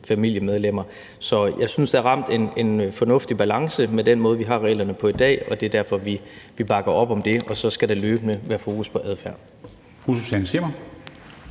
familiemedlemmer. Så jeg synes, der er ramt en fornuftig balance med den måde, vi har reglerne på i dag, og det er derfor, vi bakker op om det, og så skal der løbende være fokus på adfærd.